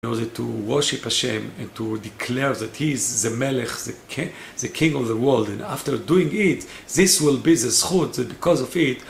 כדי לקדש את ה' ולהכריז שהוא המלך של העולם ואחרי שעושים את זה, זה יהיה הזכות בגלל זה